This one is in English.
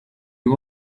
you